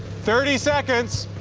thirty seconds.